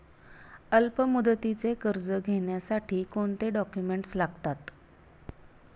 अल्पमुदतीचे कर्ज घेण्यासाठी कोणते डॉक्युमेंट्स लागतात?